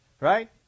Right